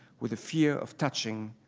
with a fear of touching,